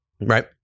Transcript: Right